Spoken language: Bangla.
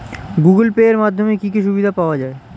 গুগোল পে এর মাধ্যমে কি কি সুবিধা পাওয়া যায়?